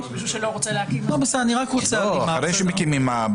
אני רק רוצה הלימה.